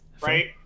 right